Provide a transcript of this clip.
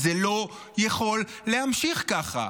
זה לא יכול להימשך ככה.